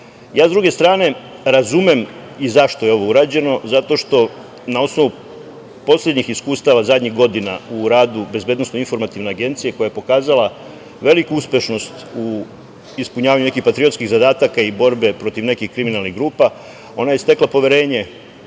druge strane, ja razumem i zašto je ovo urađeno, zato što na osnovu poslednjih iskustava zadnjih godina u radu BIA, koja je pokazala veliku uspešnost u ispunjavanju nekih patriotskih zadataka i borbe protiv nekih kriminalnih grupa, ona je stekla poverenje